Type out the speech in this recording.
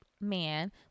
man